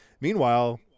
meanwhile